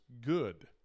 good